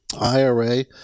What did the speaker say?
IRA